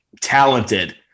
talented